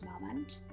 moment